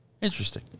Interesting